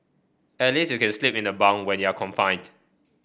at least you can sleep in the bunk when you're confined